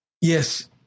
Yes